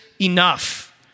enough